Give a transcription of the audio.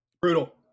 Brutal